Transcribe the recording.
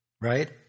right